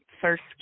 First